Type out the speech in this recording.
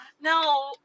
No